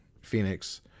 Phoenix